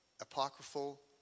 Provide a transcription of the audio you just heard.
Apocryphal